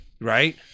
right